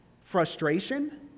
frustration